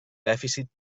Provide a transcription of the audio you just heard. dèficit